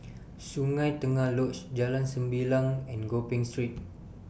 Sungei Tengah Lodge Jalan Sembilang and Gopeng Street